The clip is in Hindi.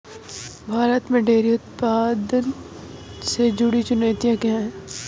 भारत में डेयरी उत्पादन से जुड़ी चुनौतियां क्या हैं?